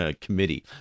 Committee